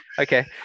Okay